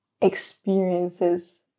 experiences